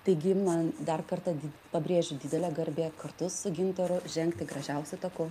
taigi man dar kartą pabrėžiu didelė garbė kartu su gintaru žengti gražiausiu taku